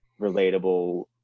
relatable